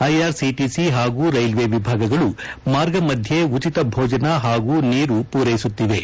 IRCTC ಪಾಗೂ railway ವಿಭಾಗಗಳು ಮಾರ್ಗ ಮಧ್ಯೆ ಉಜತ ಭೋಜನ ಹಾಗೂ ನೀರು ಮೂರೈಸುತ್ತಿವೆ